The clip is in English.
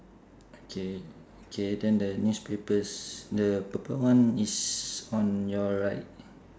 okay K then the newspapers the purple one is on your right